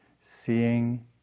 seeing